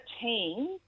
team